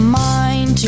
mind